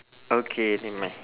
okay never mind